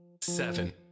seven